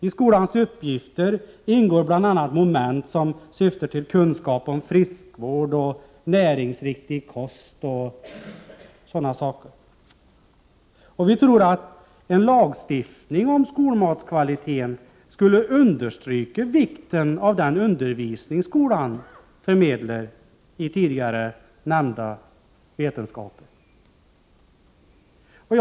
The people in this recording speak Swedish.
I skolans uppgifter ingår bl.a. moment som syftar till kunskap om friskvård och näringsriktig kost. Vi tror att en lagstiftning om skolmatskvaliteten skulle understryka vikten av den undervisning som skolan förmedlar i tidigare nämnda hänseenden.